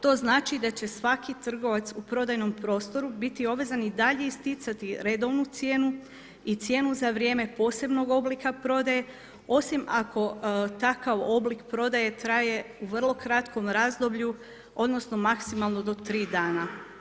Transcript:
To znači da će svaki trgovac u prodajnom prostoru biti obvezan i dalje isticati redovnu cijenu i cijenu za vrijeme posebnog oblika prodaje, osim ako takav oblik prodaje traje u vrlo kratkom razdoblju odnosno maksimalno do 3 dana.